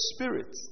Spirit